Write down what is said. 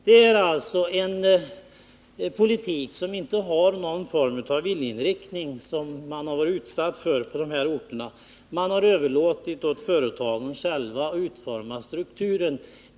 De har utsatts för en politik utan någon form av viljeinriktning — man har överlåtit åt företagen att själva utforma strukturen.